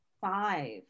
five